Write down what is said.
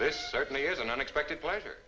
this certainly as an unexpected pleasure